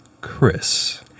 Chris